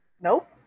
Nope